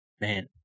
Man